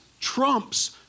trumps